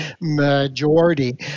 majority